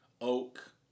oak